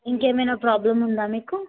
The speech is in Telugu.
ఇంకేమైనా ప్రాబ్లం ఉందా మీకు